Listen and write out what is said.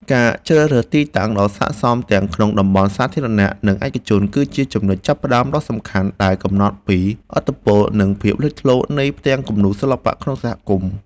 ការជ្រើសរើសទីតាំងដ៏ស័ក្តិសមទាំងក្នុងតំបន់សាធារណៈ និងឯកជន គឺជាចំណុចចាប់ផ្ដើមដ៏សំខាន់ដែលកំណត់ពីឥទ្ធិពល និងភាពលេចធ្លោនៃផ្ទាំងគំនូរសិល្បៈក្នុងសហគមន៍។